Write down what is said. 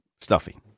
Stuffy